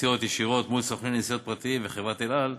ישירות מול סוכני נסיעות פרטיים וחברת "אל על".